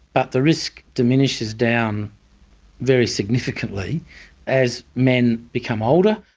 but the risk diminishes down very significantly as men become older.